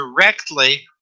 directly